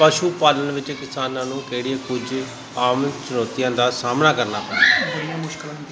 ਪਸ਼ੂ ਪਾਲਣ ਵਿੱਚ ਕਿਸਾਨਾਂ ਨੂੰ ਕਿਹੜੀਆਂ ਕੁਝ ਆਮ ਚੁਣੌਤੀਆਂ ਦਾ ਸਾਹਮਣਾ ਕਰਨਾ ਪੈਂਦਾ